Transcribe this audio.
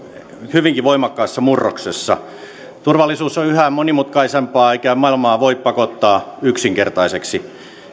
hyvinkin voimakkaassa murroksessa turvallisuus on yhä monimutkaisempaa eikä maailmaa voi pakottaa yksinkertaiseksi